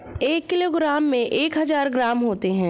एक किलोग्राम में एक हजार ग्राम होते हैं